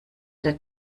der